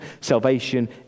Salvation